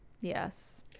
Yes